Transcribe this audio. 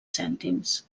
cèntims